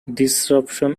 disruption